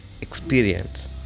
experience